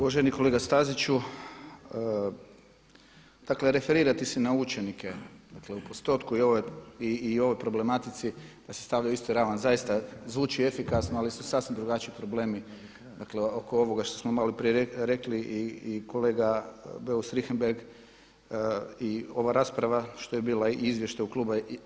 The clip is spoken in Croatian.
Uvaženi kolega Staziću, dakle referirati se na učenike, dakle u postotku i ovoj problematici da se stavlja u istu ravan zaista zvuči efikasno ali su sasvim drugačiji problemi, dakle oko ovoga što smo malo prije rekli i kolega Beus Richembergh i ova rasprava što je bila i izvještaj kluba.